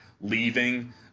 leaving